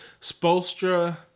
Spolstra